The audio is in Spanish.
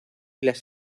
las